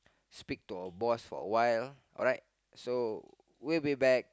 speak to our boss for awhile alright so we will be back